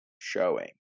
showing